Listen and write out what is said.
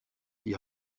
die